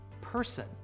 person